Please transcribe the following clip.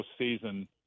postseason